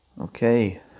Okay